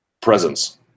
presence